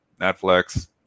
Netflix